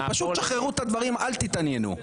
פשוט תשחררו את הדברים, אל תתעניינו.